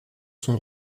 son